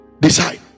decide